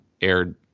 aired